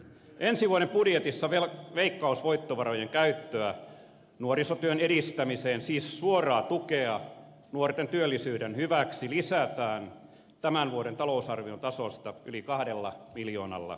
ensi vuoden budjetissa veikkausvoittovarojen käyttöä nuorisotyön edistämiseen siis suoraa tukea nuorten työllisyyden hyväksi lisätään tämän vuoden talousarvion tasosta yli kahdella miljoonalla eurolla